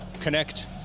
connect